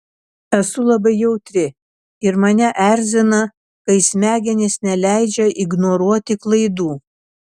esu labai jautri ir mane erzina kai smegenys neleidžia ignoruoti klaidų